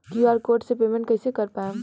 QR code से payment कईसे कर पाएम?